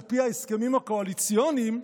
על פי ההסכמים הקואליציוניים,